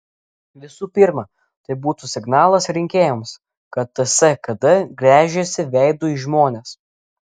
visų pirma tai būtų signalas rinkėjams kad ts kd gręžiasi veidu į žmones